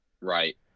Right